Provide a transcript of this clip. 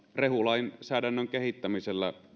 rehulainsäädännön kehittämisellä